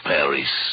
Paris